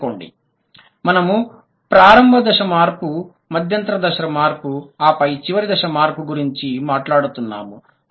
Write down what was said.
గుర్తుంచుకోండి మనము ప్రారంభ దశ మార్పు మధ్యంతర దశ మార్పు ఆపై చివరి దశ మార్పు గురించి మాట్లాడుతున్నాము